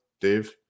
Dave